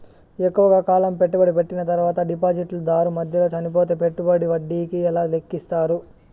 ఎక్కువగా కాలం పెట్టుబడి పెట్టిన తర్వాత డిపాజిట్లు దారు మధ్యలో చనిపోతే పెట్టుబడికి వడ్డీ ఎలా లెక్కిస్తారు?